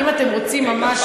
אם אתם רוצים ממש,